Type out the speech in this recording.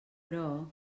però